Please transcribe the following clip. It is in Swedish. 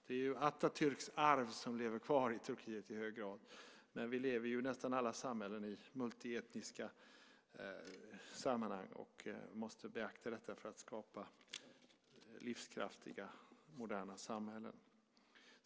Det är Atatürks arv som lever kvar i Turkiet i hög grad. Men vi lever ju i nästan alla länder i multietniska samhällen och måste beakta detta för att skapa livskraftiga, moderna samhällen.